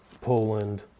Poland